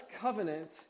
covenant